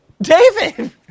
David